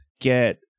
get